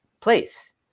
place